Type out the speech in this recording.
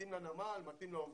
מתאים לנמל ומתאים לעובדים,